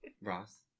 Ross